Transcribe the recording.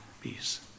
peace